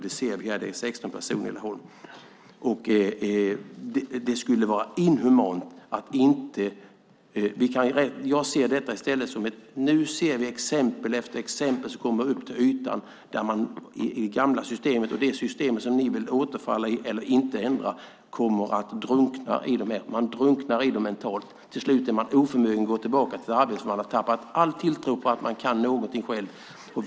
Det ser vi här. Det är 16 personer i Laholm. Nu ser vi exempel efter exempel på hur man i det gamla systemet - det system som ni vill återgå till - kommer att drunkna i detta mentalt. Till slut är man oförmögen att gå tillbaka till arbetet, för man har tappat all tilltro på att man kan någonting själv.